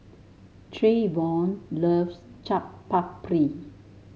Trayvon loves Chaat Papri